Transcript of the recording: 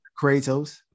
Kratos